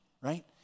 right